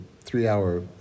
three-hour